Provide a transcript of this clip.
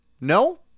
No